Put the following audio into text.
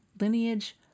lineage